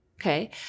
okay